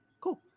Cool